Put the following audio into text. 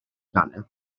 dannedd